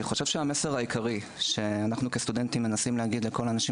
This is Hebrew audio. המסר העיקרי שאנחנו הסטודנטים מנסים להגיד לכל האנשים